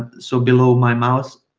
ah so below my mouse,